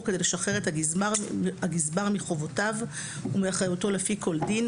כדי לשחרר את הגזבר מחובותיו ומאחריותו לפי כל דין.